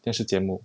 电视节目